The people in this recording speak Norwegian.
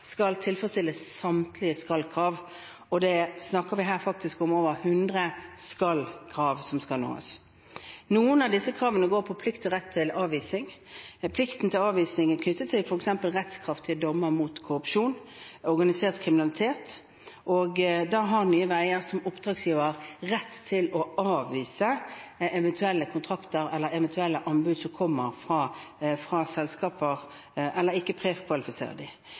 skal tilfredsstille samtlige skal-krav, og her snakker vi faktisk om over hundre skal-krav som skal nås. Noen av disse kravene går på plikt og rett til avvisning. Plikten til avvisning er knyttet til f.eks. rettskraftige dommer mot korrupsjon og organisert kriminalitet. Da har Nye Veier som oppdragsgiver rett til å avvise eventuelle anbud som kommer fra selskaper, eller til ikke å prekvalifisere